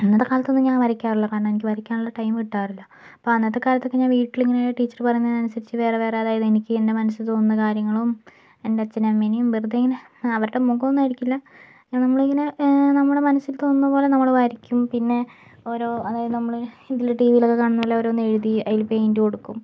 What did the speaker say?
ഇന്നത്തെ കാലത്ത് ഒന്നും ഞാൻ വരക്കാറില്ല കാരണം വരയ്ക്കാനുള്ള ടൈം കിട്ടാറില്ല അപ്പം അന്നത്തെ കാലത്തൊക്കെ വീട്ടിലിരുന്ന് ടീച്ചർ പറയുന്നതിന് അനുസരിച്ച് വേറെ വേറെ എനിക്ക് എൻ്റെ മനസ്സിൽ തോന്നുന്ന കാര്യങ്ങളും എൻ്റെ അച്ഛനേയും അമ്മേനേയും വെറുതെ അവരുടെ മുഖമൊന്നുമായിരിക്കില്ല നമ്മളിങ്ങനെ നമ്മുടെ മനസ്സിൽ തോന്നുന്ന പോലെ നമ്മൾ വരയ്ക്കും പിന്നെ ഓരോ അതായത് നമ്മൾ ടിവിയിലൊക്കെ കാണുന്ന പോലെ ഓരോന്ന് എഴുതി അതിൽ പെയിൻറ് കൊടുക്കും